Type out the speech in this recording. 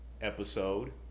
episode